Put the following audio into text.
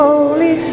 Holy